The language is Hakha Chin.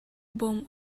bawm